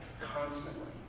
constantly